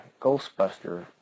Ghostbuster